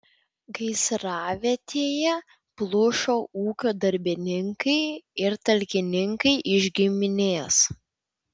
gaisravietėje plušo ūkio darbininkai ir talkininkai iš giminės